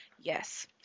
Yes